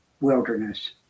wilderness